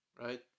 right